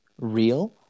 real